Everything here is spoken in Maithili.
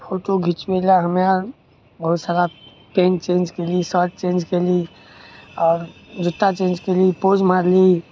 फोटो घिचबैले हमे आर बहुत सारा पैन्ट चेन्ज कएली शर्ट चेन्ज कएली आओर जुत्ता चेन्ज कएली पोज मारली